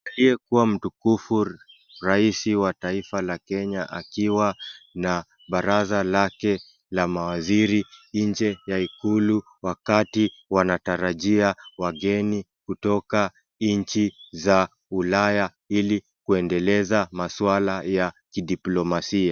Aliyekuwa mtukufu rais wa Kenya akiwa na baraza lake la mawaziri nje ya ikulu wakati wanatarajia wageni kutoka nchini za ulaya ili kuendeleza maswala ya kidiplomasia .